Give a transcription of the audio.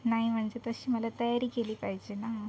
नाही म्हणजे तशी मला तयारी केली पाहिजे ना